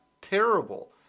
terrible